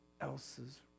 else's